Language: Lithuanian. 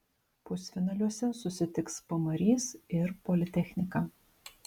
pusfinaliuose susitiks pamarys ir politechnika